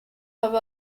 have